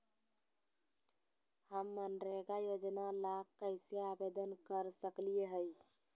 हम मनरेगा योजना ला कैसे आवेदन कर सकली हई?